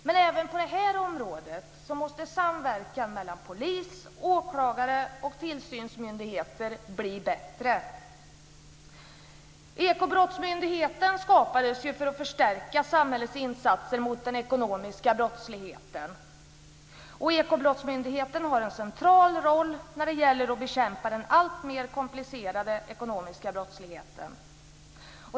Men även på det här området måste samverkan mellan polis, åklagare och tillsynsmyndigheter bli bättre. Ekobrottsmyndigheten skapades för att förstärka samhällets insatser mot den ekonomiska brottsligheten. Ekobrottsmyndigheten har en central roll när det gäller att bekämpa den alltmer komplicerade ekonomiska brottsligheten.